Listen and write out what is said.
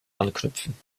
anknüpfen